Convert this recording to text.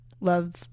love